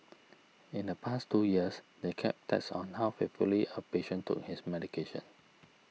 in the past two years they kept tabs on how faithfully a patient took his medication